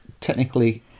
technically